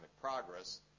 progress